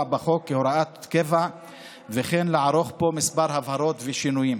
בחוק כהוראת קבע וכן לערוך בו כמה הבהרות ושינויים.